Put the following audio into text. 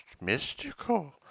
mystical